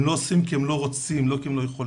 הם לא עושים, כי הם לא רוצים, לא כי הם לא יכולים.